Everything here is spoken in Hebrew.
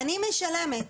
אני משלמת